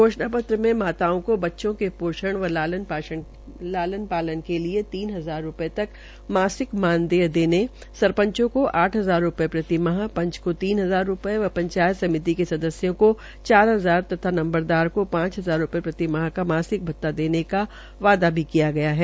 घोषण पत्रमें माताओं को बच्चों के पोषण व लालन पालन के लिये तीन हजार रूपये तक की मासिक मानदेश देन सरपंचों को आठ हजार प्रतिमाह पंच को तीन हजार रूपये व पंचायत समिति के सदस्यों का चार हजार तथा नंबरदार को पांच हजार रूपये प्रतिमाह का मासिक भत्ता देने का वादाकिया है